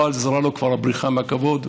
כבר לא עזרה לו הבריחה מהכבוד,